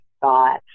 thought